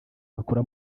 bakura